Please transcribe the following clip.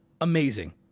amazing